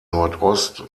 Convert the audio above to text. nordost